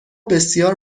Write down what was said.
بسیار